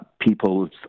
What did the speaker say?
People's